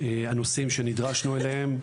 הנושאים שנדרשנו אליהם.